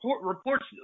reports